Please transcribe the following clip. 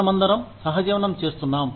మనమందరం సహజీవనం చేస్తున్నాం